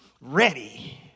ready